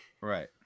right